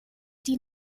die